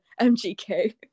MGK